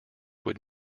would